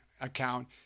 account